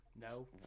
no